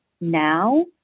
now